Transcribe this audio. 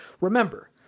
Remember